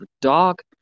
dog